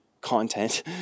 Content